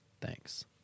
Thanks